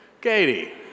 Katie